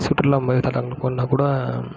சுற்றுலா கூட